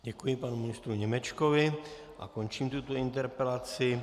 Děkuji panu ministru Němečkovi a končím tuto interpelaci.